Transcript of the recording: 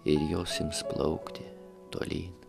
ir jos ims plaukti tolyn